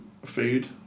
Food